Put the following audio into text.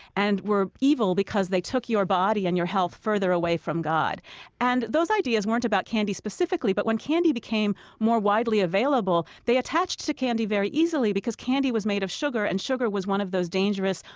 and were evil because they took your body and your health further away from god and those ideas weren't about candy specifically, but when candy became more widely available, they attached to candy very easily. candy was made of sugar, and sugar was one of those dangerous,